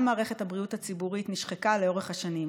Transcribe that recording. גם מערכת הבריאות הציבורית נשחקה לאורך השנים,